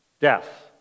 death